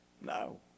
no